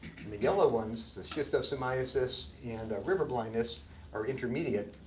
and the yellow ones the schistosomiasis and river blindness are intermediate.